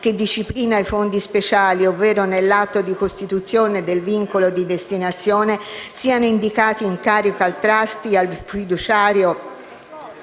che disciplina i fondi speciali, ovvero nell'atto di costituzione del vincolo di destinazione siano indicati in carico al *trustee*, al fiduciario